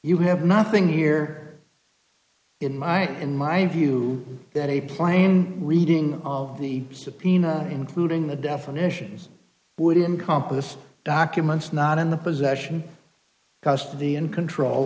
you have nothing here in my in my view that a plain reading of the subpoena including the definitions would encompass documents not in the possession custody and control